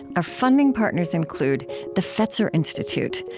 our funding partners include the fetzer institute,